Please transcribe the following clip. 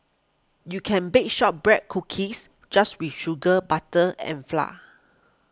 you can bake Shortbread Cookies just with sugar butter and flour